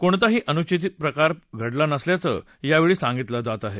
कोणताही अनुचित प्रकार घडला नसल्याचं सांगितलं जात आहे